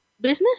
business